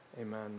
Amen